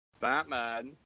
Batman